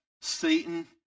Satan